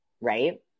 Right